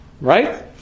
Right